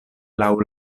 laŭ